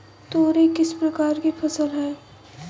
तोरई किस प्रकार की फसल है?